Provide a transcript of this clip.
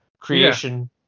creation